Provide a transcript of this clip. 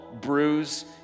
bruise